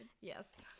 Yes